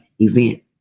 event